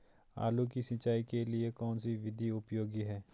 आलू की सिंचाई के लिए कौन सी विधि उपयोगी है?